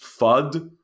fud